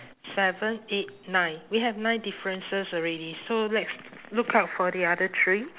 seven eight nine we have nine differences already so let's look out for the other three